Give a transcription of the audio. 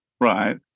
right